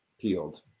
peeled